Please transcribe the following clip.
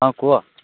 ହଁ କୁହ